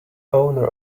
owner